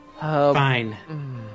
Fine